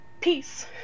peace